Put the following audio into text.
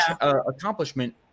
accomplishment